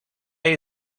pay